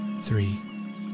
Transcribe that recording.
three